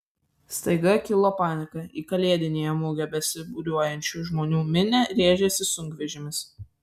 staiga kilo panika į kalėdinėje mugėje besibūriuojančių žmonių minią rėžėsi sunkvežimis